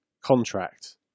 contract